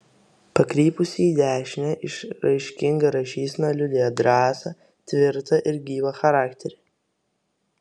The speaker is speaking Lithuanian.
pakrypusi į dešinę išraiškinga rašysena liudija drąsą tvirtą ir gyvą charakterį